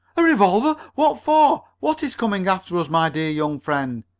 a revolver? what for? what is coming after us, my dear young friend?